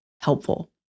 helpful